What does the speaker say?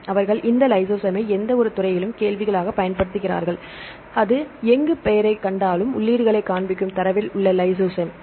எனவே அவர்கள் இந்த லைசோசைமை எந்தவொரு துறையிலும் கேள்விகளாகப் பயன்படுத்துகிறார்கள் அது எங்கு பெயரைக் கண்டாலும் உள்ளீடுகளைக் காண்பிக்கும் தரவில் உள்ள லைசோசைம்